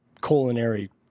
culinary